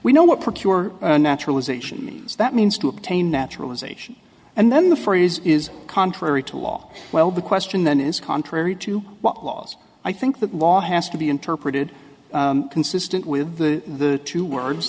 we know what procure naturalization means that means to obtain naturalization and then the phrase is contrary to law well the question then is contrary to what laws i think the law has to be interpreted consistent with the two words